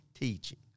teaching